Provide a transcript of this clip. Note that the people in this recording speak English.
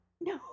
No